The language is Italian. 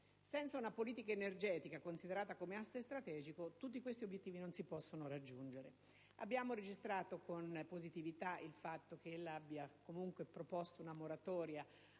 Senza una politica energetica considerata come asse strategico, tutti questi obiettivi non si possono raggiungere. Abbiamo registrato con positività il fatto che lei abbia comunque proposto una moratoria